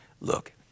Look